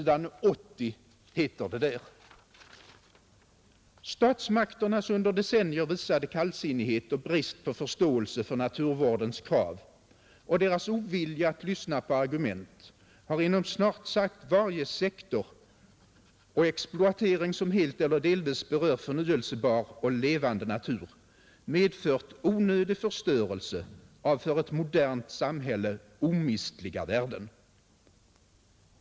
Där heter det på s. 80: ”Statsmakternas under decennier visade kallsinnighet och brist på förståelse för naturvårdens krav och deras ovilja att lyssna på argument har inom snart sagt varje sektor av planering och exploatering, som helt eller delvis berör förnyelsebar och levande natur, medfört onödig förstörelse av för ett modernt samhälle omistliga värden.